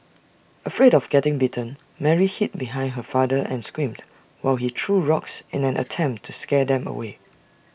afraid of getting bitten Mary hid behind her father and screamed while he threw rocks in an attempt to scare them away